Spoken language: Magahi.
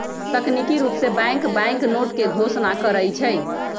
तकनिकी रूप से बैंक बैंकनोट के घोषणा करई छई